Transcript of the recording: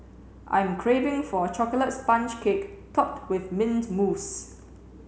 I am craving for a chocolate sponge cake topped with mint mousse